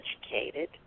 educated